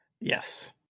Yes